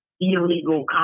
illegal